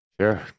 Sure